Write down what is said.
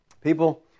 People